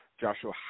Joshua